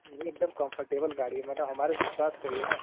नहीं एक दम कोम्फर्टेबल गाड़ी है मतलब हमारा विश्वास करिए ना